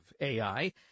AI